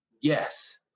Yes